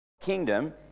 kingdom